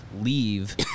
leave